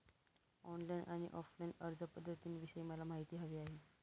online आणि offline अर्जपध्दतींविषयी मला माहिती हवी आहे